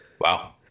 Wow